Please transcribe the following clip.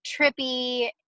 trippy